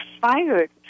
fired